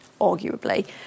arguably